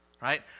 right